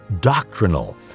doctrinal